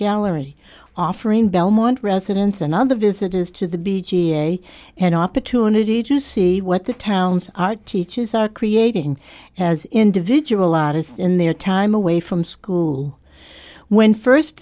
gallery offering belmont residents and other visitors to the b ga an opportunity to see what the town's art teachers are creating as individual artists in their time away from school when first